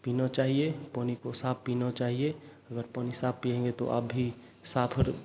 पीना चाहिए पानी को साफ़ पीना चाहिए अगर पानी साफ़ पीएँगे तो आप भी साफ़